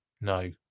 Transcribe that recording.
No